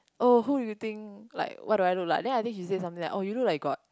oh who do you think like what do I look like then I think he say something like oh you look like ghost